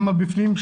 אמא בפנים,